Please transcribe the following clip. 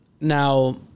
Now